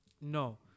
no